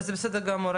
וזה בסדר גמור,